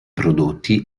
prodotti